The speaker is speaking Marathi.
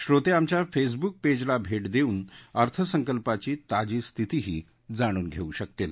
श्रोते आमच्या फेसबूक पेजला भेट दऊन अर्थसंकल्पाचं ताजी स्थितीही जाणून घेऊ शकतील